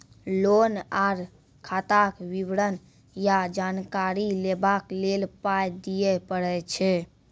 Loan आर खाताक विवरण या जानकारी लेबाक लेल पाय दिये पड़ै छै?